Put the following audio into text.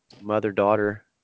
mother-daughter